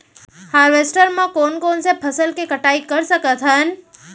Harvester म कोन कोन से फसल के कटाई कर सकथन?